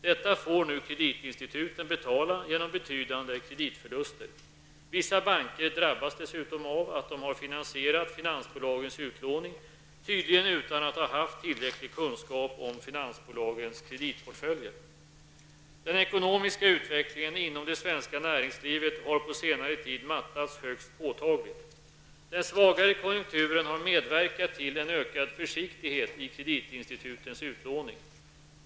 Detta får nu kreditinstituten betala genom betydande kreditförluster. Vissa banker drabbas dessutom av att de har finansierat finansbolagens utlåning, tydligen utan att ha haft tillräcklig kunskap om finansbolagens kreditportföljer. Den ekonomiska utvecklingen inom det svenska näringslivet har på senare tid mattats högst påtagligt. Den svagare konjunkturen har medverkat till en ökad försiktighet i kreditinstitutens utlåning.